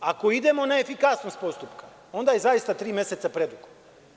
Ako idemo na efikasnost postupka, onda je zaista tri meseca predugo.